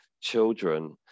children